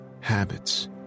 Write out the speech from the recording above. habits